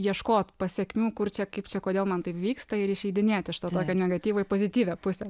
ieškot pasekmių kur čia kaip čia kodėl man taip vyksta ir išeidinėt iš to tokio negatyvo į pozityvią pusę